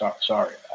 sorry